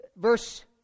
verse